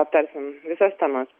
aptarsim visas temas